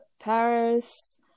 Paris